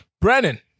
Brennan